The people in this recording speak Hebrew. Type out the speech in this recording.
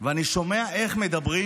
ואני שומע איך מדברים